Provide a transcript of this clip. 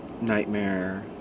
nightmare